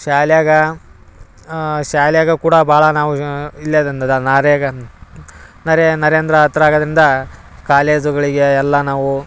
ಶಾಲ್ಯಾಗ ಶಾಲ್ಯಾಗ ಕೂಡ ಭಾಳ ನಾವು ಇಲ್ಲೇ ಅದಂದ ನಾರ್ಯಾಗ ನರೇ ನರೇಂದ್ರ ಹತ್ರ ಆಗದರಿಂದ ಕಾಲೇಜುಗಳಿಗೆ ಎಲ್ಲ ನಾವು